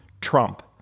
Trump